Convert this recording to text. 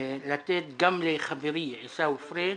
אני רוצה לתת לחברי עיסאווי פריג'